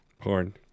Porn